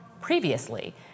Previously